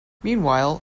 meanwhile